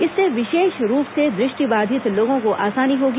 इनसे विशेष रूप से दृष्टिबाधित लोगों को आसानी होगी